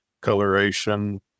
coloration